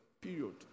Period